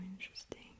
interesting